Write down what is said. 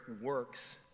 works